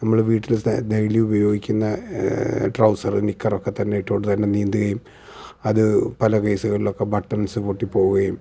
നമ്മൾ വീട്ടിൽ ഡെയ്ലി ഉപയോഗിക്കുന്ന ട്രൗസറ് നിക്കറൊക്കെ തന്നെ ഇട്ടുകൊണ്ട് തന്നെ നീന്തുകയും അത് പല കേസുകളിലൊക്കെ ബട്ടൺസ് പൊട്ടി പോവുകയും